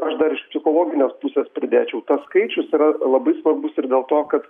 aš dar iš psichologinės pusės pridėčiau tas skaičius yra labai svarbus ir dėl to kad